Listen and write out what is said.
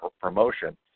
promotion